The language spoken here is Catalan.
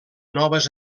noves